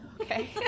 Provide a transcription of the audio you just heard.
Okay